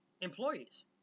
employees